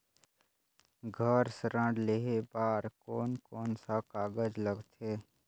घर ऋण लेहे बार कोन कोन सा कागज लगथे?